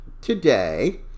today